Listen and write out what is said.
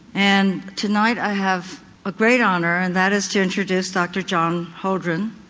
and tonight i have a great honour and that is to introduce dr john holden,